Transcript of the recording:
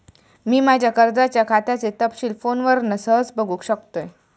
मी माज्या कर्जाच्या खात्याचे तपशील फोनवरना सहज बगुक शकतय